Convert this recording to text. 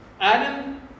Adam